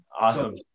Awesome